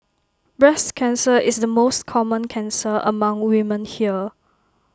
breast cancer is the most common cancer among women here